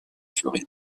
floride